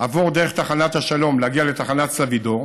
עבור דרך תחנת השלום, להגיע לתחנת סבידור,